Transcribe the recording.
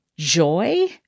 joy